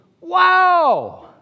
wow